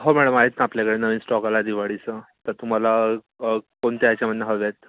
हो मॅडम आहेत ना आपल्याकडे नवीन स्टॉक आला आहे दिवाळीचा तर तुम्हाला कोणत्या याच्यामधनं हव्या आहेत